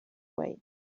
way